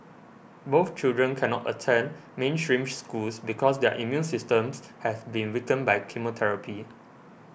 both children cannot attend mainstream schools because their immune systems have been weakened by chemotherapy